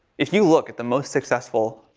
if you look at the most successful.